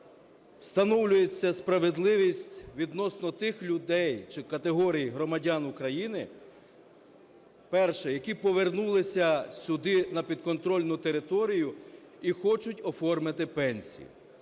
встановлюється справедливість відносно тих людей чи категорій громадян України, перше – які повернулися сюди, на підконтрольну територію і хочуть оформити пенсію.